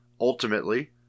ultimately